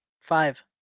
Five